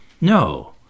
No